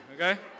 okay